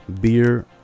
beer